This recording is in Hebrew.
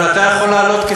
אבל אתה יכול לעלות,